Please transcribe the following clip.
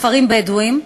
בכפרים בדואיים,